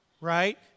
right